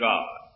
God